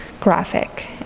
graphic